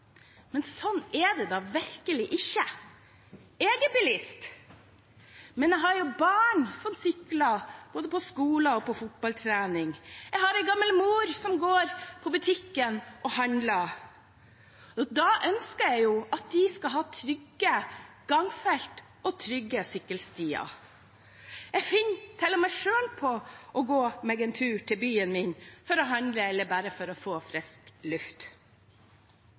men sånn er det da virkelig ikke. Jeg er en bilist! Men jeg har barn som sykler både til skolen og på fotballtrening, og jeg har en gammel mor som går på butikken og handler. Jeg ønsker jo at de skal ha trygge gangfelt og trygge sykkelstier. Jeg finner til og med selv på å gå meg en tur til byen min, for å handle eller bare for å få frisk luft.